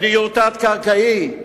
בדיור תת-קרקעי,